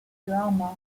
drama